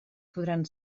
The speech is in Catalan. podran